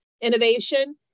innovation